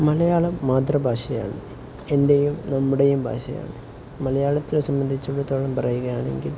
മലയാളം മാതൃഭാഷയാണ് എൻ്റെയും നമ്മുടെയും ഭാഷയാണ് മലയാളത്തെ സംബന്ധിച്ചിടത്തോളം പറയുകയാണെങ്കിൽ